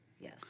Yes